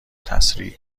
تسریع